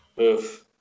Oof